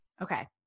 Okay